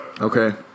okay